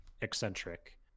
eccentric